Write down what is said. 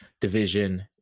division